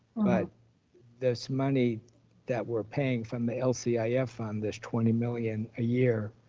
but the money that we're paying from the lcif yeah fund, this twenty million a year,